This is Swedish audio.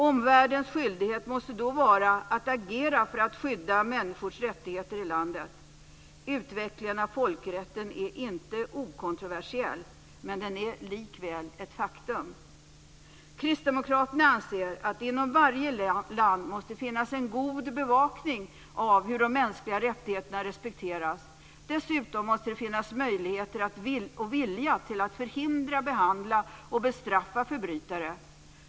Omvärldens skyldighet måste då vara att agera för att skydda människors rättigheter i landet. Utvecklingen av folkrätten är inte okontroversiell, men den är likväl ett faktum. Kristdemokraterna anser att det inom varje land måste finnas en god bevakning av hur de mänskliga rättigheterna respekteras. Dessutom måste det finnas möjligheter och vilja att förhindra, behandla och bestraffa förbrytare.